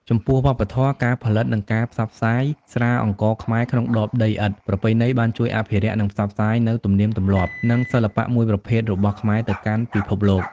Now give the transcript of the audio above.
ចំពោះវប្បធម៌ ការផលិត និងការផ្សព្វផ្សាយស្រាអង្ករខ្មែរក្នុងដបដីឥដ្ឋប្រពៃណីបានជួយ អភិរក្ស និងផ្សព្វផ្សាយ នូវទំនៀមទម្លាប់ និងសិល្បៈមួយប្រភេទរបស់ខ្មែរទៅកាន់ពិភពលោក។